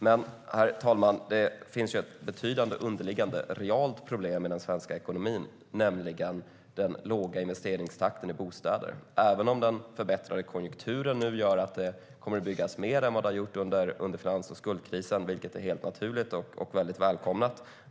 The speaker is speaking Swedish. Men det finns ett betydande underliggande realt problem i den svenska ekonomin, nämligen den låga investeringstakten i bostäder, även om den förbättrade konjunkturen nu gör att det kommer att byggas mer än vad det gjordes under finans och skuldkrisen, vilket är helt naturligt och välkommet.